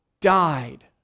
died